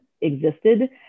existed